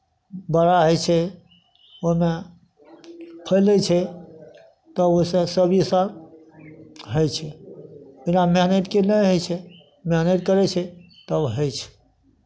बड़ा होइ छै ओहिमे फैलै छै तब ओहिसँ सभ इसभ होइ छै बिना मेहनतिके नहि होइ छै मेहनति करै छै तब होइ छै